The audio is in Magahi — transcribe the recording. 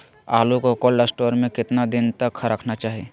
आलू को कोल्ड स्टोर में कितना दिन तक रखना चाहिए?